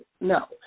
no